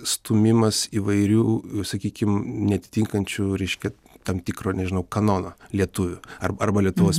stūmimas įvairių sakykim neatitinkančių reiškia tam tikro nežinau kanono lietuvių ar arba lietuvos